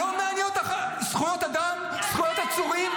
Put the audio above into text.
לא מעניין אותך זכויות אדם, זכויות עצורים?